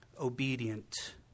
obedient